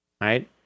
Right